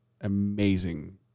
amazing